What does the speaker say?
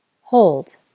Hold